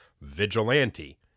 VIGILANTE